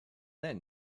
then